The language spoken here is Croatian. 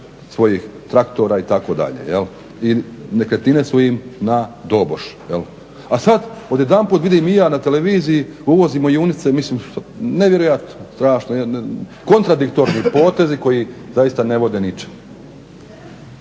svojih traktora itd. i nekretnine su im na doboš, jel? A sad odjedanput vidim i ja na televiziji uvozimo junice, mislim nevjerojatno, strašno, kontradiktorni potezi koji zaista ne vode ničemu.